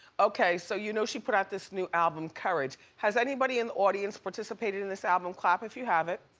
okay so you know she put out this new album courage. has anybody in the audience participated in this album? clap if you have it.